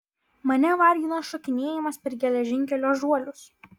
mane vargina šokinėjimas per geležinkelio žuolius